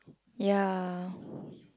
ya